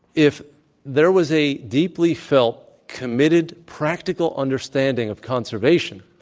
if there was a deeply felt committed practical understanding of conservation,